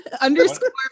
underscore